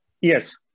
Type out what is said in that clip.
Yes